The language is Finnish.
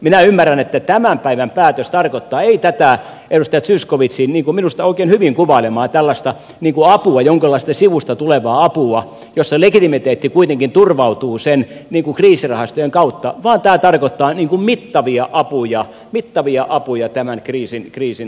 minä ymmärrän että tämän päivän päätös ei tarkoita tätä edustaja zyskowiczin minusta oikein hyvin kuvailemaa tällaista jonkinlaista sivusta tulevaa apua jossa legitimiteetti kuitenkin turvautuu kriisirahastojen kautta vaan tämä tarkoittaa mittavia apuja tämän kriisin hoitamiseen